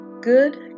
good